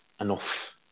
enough